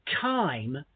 time